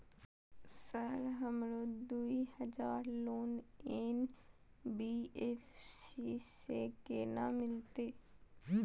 Sir हमरो दूय हजार लोन एन.बी.एफ.सी से केना मिलते?